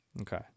Okay